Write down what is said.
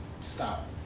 Stop